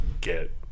get